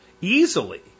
easily